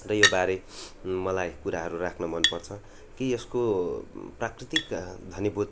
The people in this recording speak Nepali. र योबारे मलाई कुराहरू राख्न मनपर्छ कि यसको प्राकृतिक घनीभूत